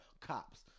cops